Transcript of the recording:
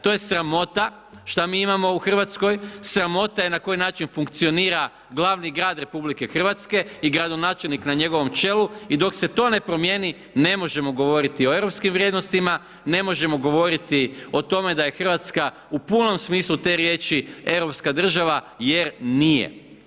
To je sramota što mi imamo u Hrvatskoj, sramota je na koji način funkcionira glavni grad RH i gradonačelnik na njegovom čelu i dok se to ne promijeni ne možemo govoriti o europskim vrijednostima, ne možemo govoriti o tome da je Hrvatska u punom smislu te riječi europska država, jer nije.